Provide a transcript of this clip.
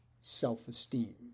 self-esteem